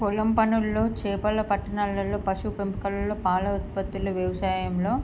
పొలం పనుల్లో చేపల పట్టణాలలో పశు పెంపకంలో పాల ఉత్పత్తులు వ్యవసాయంలో